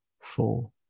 four